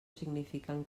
signifiquen